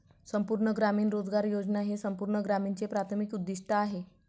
संपूर्ण ग्रामीण रोजगार योजना हे संपूर्ण ग्रामीणचे प्राथमिक उद्दीष्ट आहे